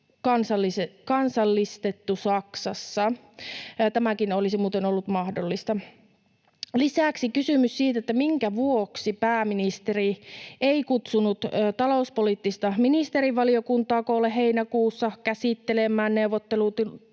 kansallistettu Saksassa. Tämäkin olisi muuten ollut mahdollista. Lisäksi on kysymys siitä, minkä vuoksi pääministeri ei kutsunut talouspoliittista ministerivaliokuntaa koolle heinäkuussa käsittelemään neuvottelutilannetta,